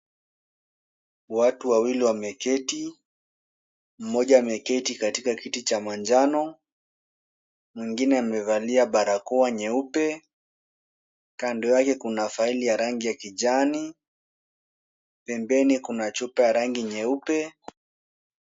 Watu wawili wameketi, mmoja ameketi katika kiti cha manjano, mwingine amevalia barakoa nyeupe. Kando yake kuna faili ya rangi ya kijani. Pembeni kuna chupa ya rangi nyeupe.